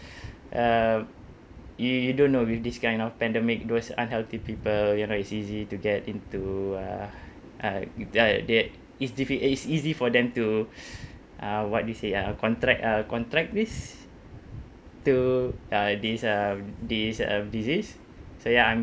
um you you don't know with this kind of pandemic those unhealthy people you know it's easy to get into uh uh uh that it's dif~ eh it's easy for them to uh what do you say uh contract or contract this to uh this um this um disease so ya I'm